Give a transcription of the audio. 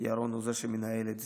וירון הוא זה שמנהל את זה.